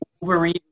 Wolverine